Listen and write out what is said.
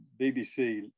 BBC